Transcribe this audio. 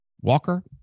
Walker